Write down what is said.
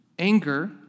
Anger